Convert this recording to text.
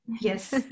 Yes